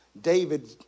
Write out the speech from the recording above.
David